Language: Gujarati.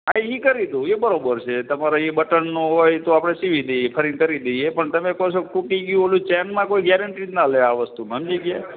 હા એ કરી દઉં એ બરાબર છે તમારે એ બટન ના હોય તો આપણે સીવી દઈએ ફરીને કરી દઈએ પણ તમે કહો છો તૂટી ગયું પેલું ચેનમાં કોઈ ગેરંટી જ ના લે આ વસ્તુમાં સમજી ગયા